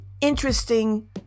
interesting